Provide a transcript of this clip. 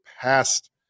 past